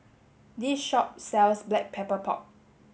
this shop sells black pepper pork